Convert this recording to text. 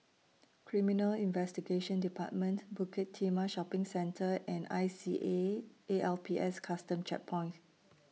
Criminal Investigation department Bukit Timah Shopping Centre and I C A A L P S Custom Checkpoint